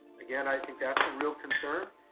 again, i think that's a real concern.